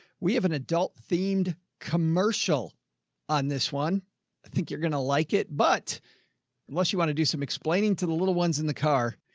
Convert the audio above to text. we have an adult themed commercial on this one. i think you're going to like it, but unless you want to do some explaining to the little ones in the car,